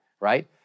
right